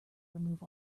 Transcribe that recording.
remove